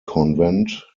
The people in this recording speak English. convent